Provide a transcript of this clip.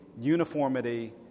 uniformity